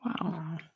Wow